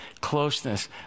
closeness